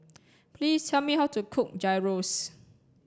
please tell me how to cook Gyros